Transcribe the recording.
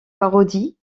parodie